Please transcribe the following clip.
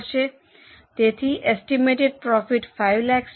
તેથી estimated profit 5 lakh છે